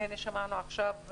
והינה שמענו עכשיו,